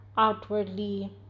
outwardly